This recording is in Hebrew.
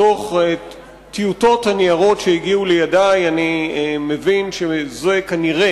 מתוך טיוטות הניירות שהגיעו לידי אני מבין שבשלב זה,